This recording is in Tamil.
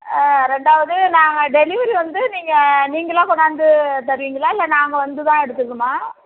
ஆ ரெண்டாவது நாங்கள் டெலிவரி வந்து நீங்கள் நீங்களாக கொண்டாந்து தருவிங்களா இல்லை நாங்கள் வந்து தான் எடுத்துக்கணுமா